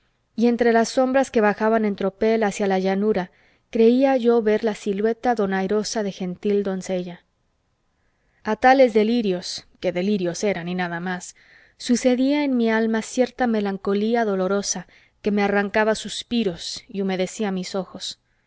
y entre las sombras que bajaban en tropel hacia la llanura creía yo ver la silueta donairosa de gentil doncella a tales delirios que delirios eran y nada más sucedía en mi alma cierta melancolía dolorosa que me arrancaba suspiros y humedecía mis ojos